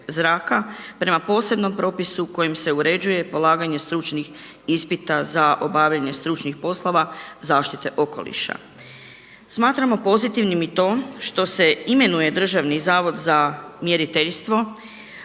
prema posebnom propisu kojim se uređuje polaganje stručnih ispita za obavljanje stručnih poslova zaštite okoliša. Smatramo pozitivnim i to što se imenuje Državni zavod za mjeriteljstvo